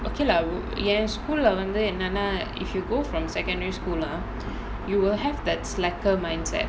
okay lah yes school leh வந்து என்னனா:vanthu ennanaa if you go from secondary school lah you will have that slacker mindset